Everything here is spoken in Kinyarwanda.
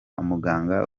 muganga